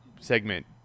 segment